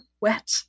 wet